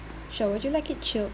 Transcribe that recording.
sure would you like it chilled